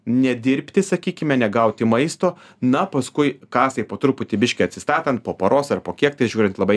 nedirbti sakykime negauti maisto na paskui kasai po truputį biškį atsistatant po poros ar po kiek tai žiūrint labai